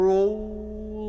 Roll